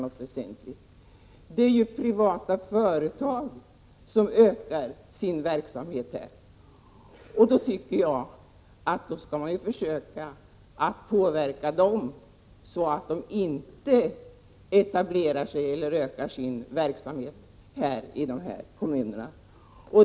I stället är det privata företag som utökar sin verksamhet här i Stockholm. Därför tycker jag att man skall försöka påverka de privata företagen så, att de inte etablerar sig 37 eller utökar sin verksamhet i de här kommunerna.